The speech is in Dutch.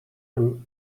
een